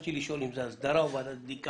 ביקשתי לדעת אם זו ועדת הסדרה או ועדת בדיקה.